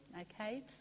Okay